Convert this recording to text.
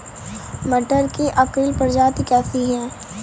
मटर की अर्किल प्रजाति कैसी है?